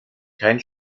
kein